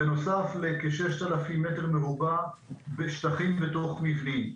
בנוסף לכ-6,000 מ"ר בשטחים בתוך מבנים.